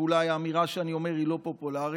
ואולי האמירה שאני אומר היא לא פופולרית,